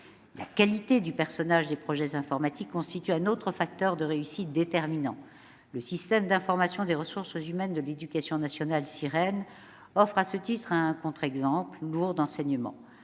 la qualité du pilotage des projets informatiques. Elle constitue un autre facteur de réussite déterminant. Le système d'information des ressources humaines de l'éducation nationale (Sirhen) offre, à ce titre, un contre-exemple lourd d'enseignements.